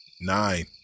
Nine